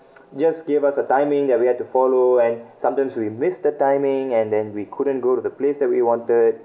just give us a timing that we had to follow and sometimes we missed the timing and then we couldn't go to the place that we wanted